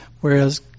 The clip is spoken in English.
whereas